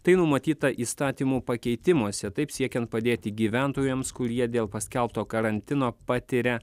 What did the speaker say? tai numatyta įstatymų pakeitimuose taip siekiant padėti gyventojams kurie dėl paskelbto karantino patiria